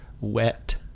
wet